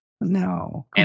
No